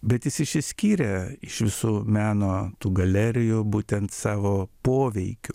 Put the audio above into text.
bet jis išsiskyrė iš visų meno galerijų būtent savo poveikiu